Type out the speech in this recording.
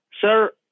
Sir